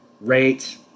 rate